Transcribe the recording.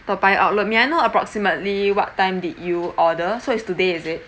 toa payoh outlet may I know approximately what time did you order so is today is it